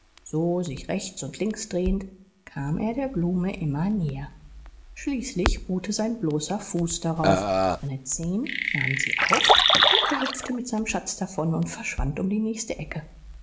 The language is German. so sich rechts und links drehend kam er der blume immer näher schließlich ruhte sein bloßer fuß darauf seine zehen nahmen sie auf und er hüpfte mit seinem schatz davon und verschwand um die nächste ecke